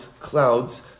clouds